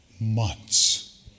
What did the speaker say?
months